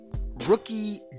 rookie